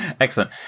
Excellent